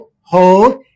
hold